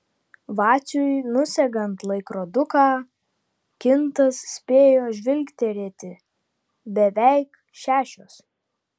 vaciui nusegant laikroduką kintas spėjo žvilgterėti beveik šešios